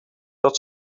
dat